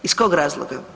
Iz kog razloga?